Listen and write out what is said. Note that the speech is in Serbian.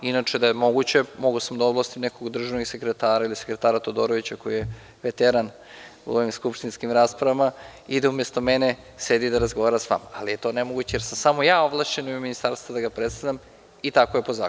Da je moguće, mogao sam da ovlastim nekog od državnih sekretara ili sekretara Todorovića, koji je veteran u ovim skupštinskim raspravama, i da umesto mene sedi i razgovara sa vama, ali to je nemoguće, jer sam samo ja ovlašćen u ime ministarstva da ga predstavljam i tako je po zakonu.